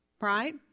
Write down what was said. right